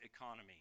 economy